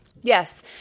Yes